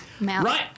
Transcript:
Right